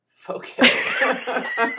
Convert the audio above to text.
focus